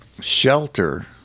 shelter